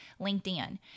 LinkedIn